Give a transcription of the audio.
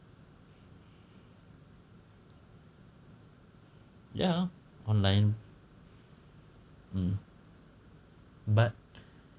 ya online um but